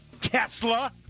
Tesla